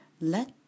let